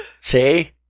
See